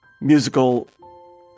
musical